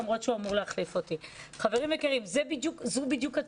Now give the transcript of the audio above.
למרות שהוא אמור להחליף אותי בוועדת הכספים.